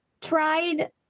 tried